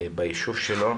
בבית ביישוב שלו.